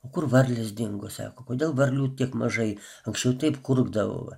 o kur varlės dingo sako kodėl varlių tiek mažai anksčiau taip kurkdavo va